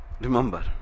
Remember